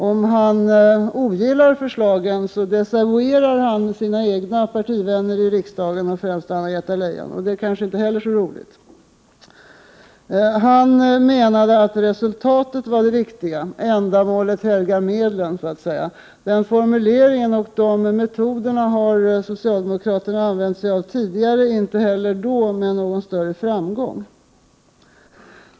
Om han ogillar förslagen desavouerar han sina egna partivänner i riksdagen, främst Anna-Greta Leijon. Det kanske inte heller är så roligt. Finansministern menar att resultatet är det viktiga. Ändamålet helgar medlen så att säga. Den formuleringen och de metoderna har socialdemokraterna använt sig av tidigare, men inte heller då med någon större framgång.